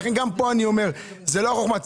לכן גם כאן אני אומר שזאת לא חכמה.